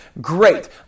Great